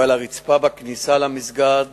ועל הרצפה בכניסה למסגד